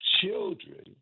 children